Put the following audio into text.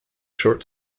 short